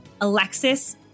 Alexis